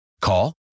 Call